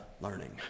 learning